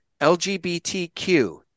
LGBTQ